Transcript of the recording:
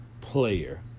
player